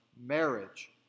marriage